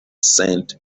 scent